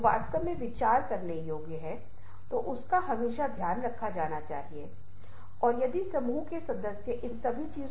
हम नहीं जानते कि शीर्षक को क्या कहा जाता है और इस बार शीर्षक बदलावा छवि के अर्थ को बदल देता है